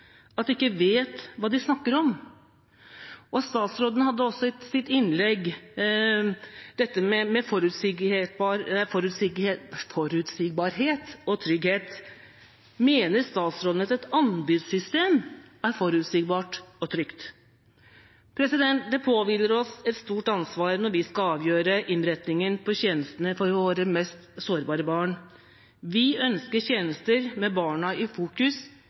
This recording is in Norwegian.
at de ikke vet hva de snakker om? Statsråden snakket i sitt innlegg om forutsigbarhet og trygghet. Mener statsråden at et anbudssystem er forutsigbart og trygt? Det påhviler oss et stort ansvar når vi skal avgjøre innretningen på tjenestene for våre mest sårbare barn. Vi ønsker tjenester med barna i fokus,